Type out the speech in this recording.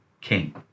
king